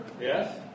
Yes